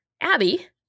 Abby